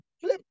flip